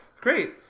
Great